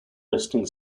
resting